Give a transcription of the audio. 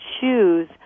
choose